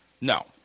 No